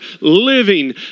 living